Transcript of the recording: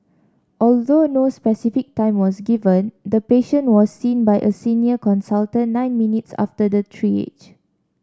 although no specific time was given the patient was seen by a senior consultant nine minutes after the triage